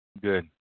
Good